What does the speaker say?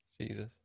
Jesus